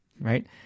Right